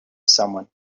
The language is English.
someone